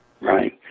Right